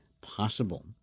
possible